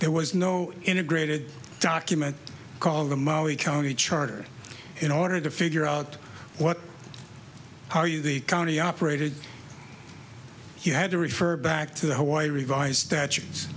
there was no integrated document called the maui county charter in order to figure out what how you the county operated you had to refer back to the hawaii revised statutes